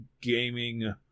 gaming